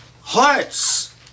hearts